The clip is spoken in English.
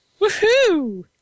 Woohoo